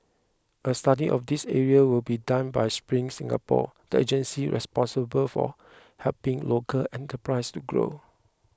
a study of these areas will be done by Spring Singapore the agency responsible for helping local enterprises to grow